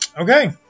Okay